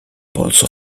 polso